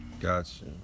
gotcha